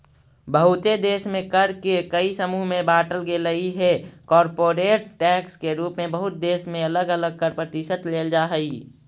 बहुते देश में कर के कई समूह में बांटल गेलइ हे कॉरपोरेट टैक्स के रूप में बहुत देश में अलग अलग कर प्रतिशत लेल जा हई